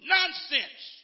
Nonsense